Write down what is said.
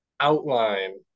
outline